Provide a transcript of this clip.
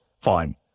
Fine